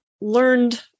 learned